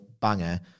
banger